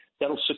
that'll